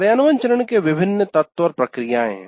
कार्यान्वयन चरण के विभिन्न तत्व और प्रक्रियाएं हैं